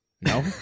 No